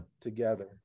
together